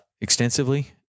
extensively